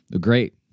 Great